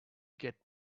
get